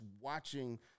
watching